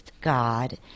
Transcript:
God